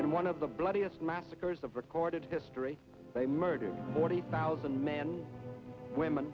in one of the bloodiest massacres of recorded history they murdered forty thousand men women